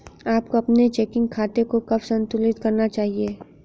आपको अपने चेकिंग खाते को कब संतुलित करना चाहिए?